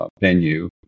venue